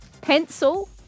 Pencil